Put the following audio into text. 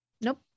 Nope